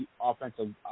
offensive